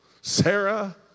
Sarah